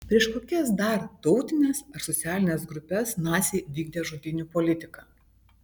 prieš kokias dar tautines ar socialines grupes naciai vykdė žudynių politiką